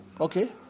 Okay